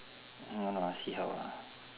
I don't know see how ah